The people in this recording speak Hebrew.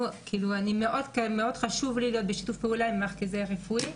מאוד חשוב לי להיות בשיתוף פעולה עם המרכזים הרפואיים,